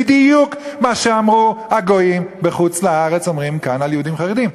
בדיוק מה שאמרו הגויים בחוץ-לארץ אומרים כאן על יהודים חרדים.